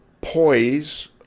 poise